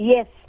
Yes